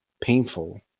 painful